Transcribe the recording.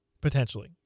potentially